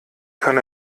kann